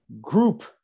group